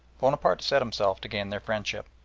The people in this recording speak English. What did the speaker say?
bonaparte set himself to gain their friendship.